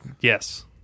yes